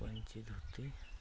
ᱯᱟᱹᱧᱪᱤ ᱫᱷᱩᱛᱤ